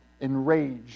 enraged